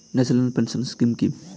National pension scheme কি?